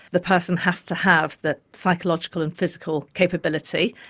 the person has to have the psychological and physical capability,